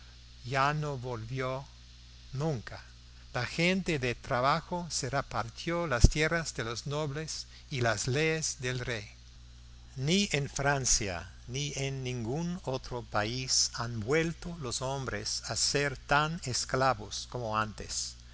ya no volvió nunca la gente de trabajo se repartió las tierras de los nobles y las del rey ni en francia ni en ningún otro país han vuelto los hombres a ser tan esclavos como antes